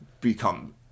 become